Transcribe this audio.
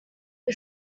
all